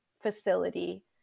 facility